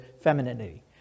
femininity